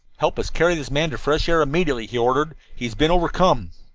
help us carry this man to fresh air immediately, he ordered. he has been overcome.